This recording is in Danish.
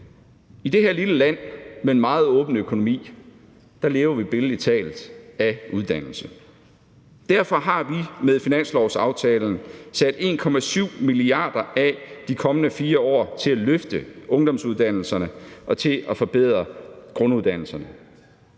I det her lille land med en meget åben økonomi lever vi billedlig talt af uddannelse. Derfor har vi med finanslovsaftalen sat 1,7 mia. kr. af de kommende 4 år til at løfte ungdomsuddannelserne og til at forbedre grunduddannelserne.